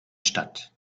statt